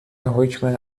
حکم